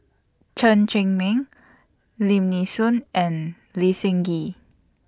Chen Cheng Mei Lim Nee Soon and Lee Seng Gee